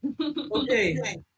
Okay